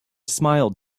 smiled